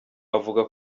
avuga